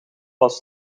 was